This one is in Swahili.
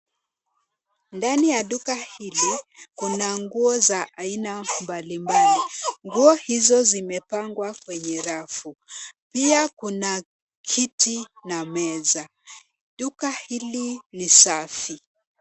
Ndani ya duka hili kuna nguo za aina mbalimbali zilizopangwa kwa mpangilio mzuri. Pia kuna kiti na meza. Duka hili linaonekana kuwa safi na maridadi